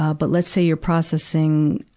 ah but let's say you're processing,